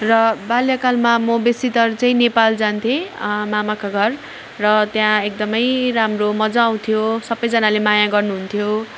र बाल्यकालमा म बेसी तर चाहिँ नेपाल जान्थे मामाका घर र त्यहाँ एकदम राम्रो मजा आउँथ्यो सबजनाले माया गर्नु हुन्थ्यो